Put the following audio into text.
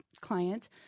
client